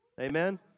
Amen